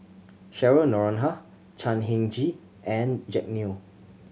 Cheryl Noronha Chan Heng Chee and Jack Neo